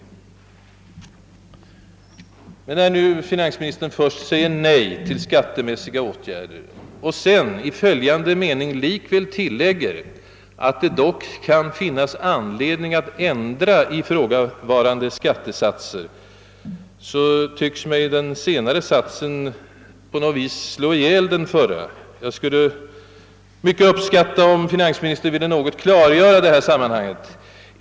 När finansministern nu först säger nej till skattemässiga åtgärder och sedan i följande mening likväl tillägger, att det dock kan finnas anledning att ändra ifrågavarande skattesatser, så tycks mig den senare satsen på något sätt slå ihjäl den förra. Jag skulle mycket uppskatta om finansministern ville klargöra det här sammanhanget.